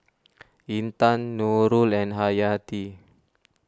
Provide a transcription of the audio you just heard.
Intan Nurul and Hayati